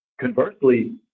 conversely